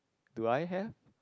do I have